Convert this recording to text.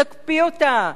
תקפיא אותה,